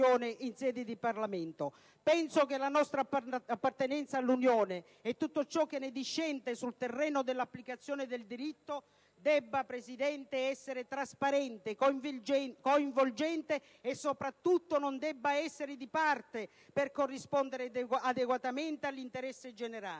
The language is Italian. Penso che la nostra appartenenza all'Unione e tutto ciò che ne discende sul terreno dell'applicazione del diritto debba essere trasparente, coinvolgente e soprattutto non debba essere di parte, per corrispondere adeguatamente all'interesse generale.